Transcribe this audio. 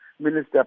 Minister